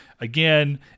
again